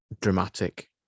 dramatic